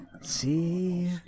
see